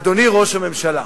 אדוני ראש הממשלה,